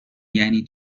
یعنی